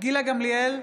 גילה גמליאל,